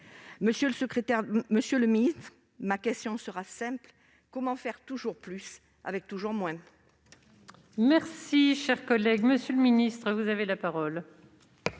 Monsieur le secrétaire d'État, ma question sera simple : comment faire toujours plus avec toujours moins ?